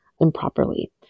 improperly